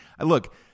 Look